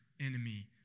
enemy